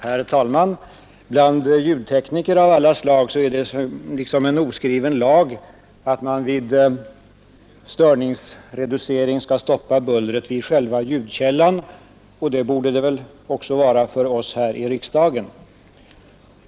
Herr talman! Bland ljudtekniker av alla slag är det liksom en oskriven lag att man vid störningsreducering skall stoppa bullret vid själva ljudkällan, och det borde vara så också för oss här i riksdagen.